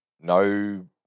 No